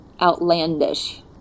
outlandish